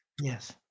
Yes